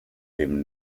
dem